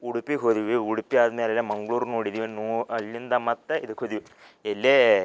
ಉಡುಪಿಗೆ ಹೋದ್ವಿ ಉಡುಪಿ ಆದ್ಮೇಲೆ ಮಂಗಳೂರು ನೋಡಿದ್ದೀವಿ ನೋ ಅಲ್ಲಿಂದ ಮತ್ತೆ ಇದಕ್ಕೆ ಹೋದ್ವಿ ಎಲ್ಲಿ